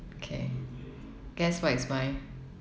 K guess what is mine